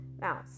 now